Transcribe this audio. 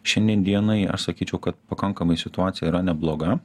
šiandien dienai aš sakyčiau kad pakankamai situacija yra nebloga